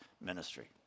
ministry